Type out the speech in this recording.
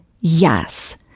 yes